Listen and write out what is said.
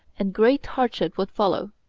and great hardship would follow.